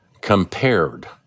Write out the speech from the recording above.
compared